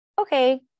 Okay